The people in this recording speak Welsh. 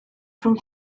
rhwng